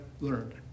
learned